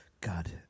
God